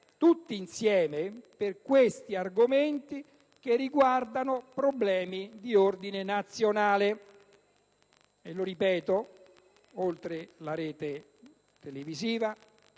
tutti insieme su argomenti che riguardano problemi di ordine nazionale. Lo ripeto: oltre la rete televisiva,